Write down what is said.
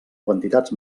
quantitats